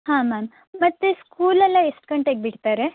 ಹಾಂ ಮ್ಯಾಮ್ ಮತ್ತೆ ಸ್ಕೂಲ್ ಎಲ್ಲ ಎಷ್ಟು ಗಂಟೆಗೆ ಬಿಡ್ತಾರೆ